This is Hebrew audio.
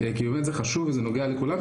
כי באמת זה חשוב וזה נוגע לכולם.